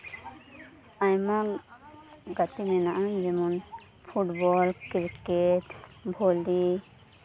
ᱟᱭᱢᱟ ᱜᱟᱛᱤ ᱢᱮᱱᱟᱜᱼᱟ ᱡᱮᱢᱚᱱ ᱯᱷᱩᱴᱵᱚᱞ ᱠᱨᱤᱠᱮᱴ ᱵᱷᱚᱞᱤ